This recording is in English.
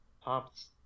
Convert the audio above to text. pops